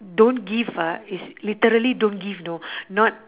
don't give ah it's literally don't give know not